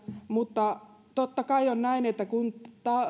mutta totta kai on näin että kun